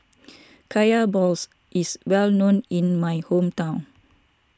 Kaya Balls is well known in my hometown